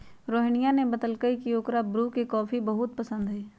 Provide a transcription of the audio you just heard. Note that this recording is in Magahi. रोहिनीया ने बतल कई की ओकरा ब्रू के कॉफी बहुत पसंद हई